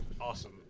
awesome